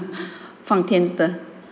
fang thien ter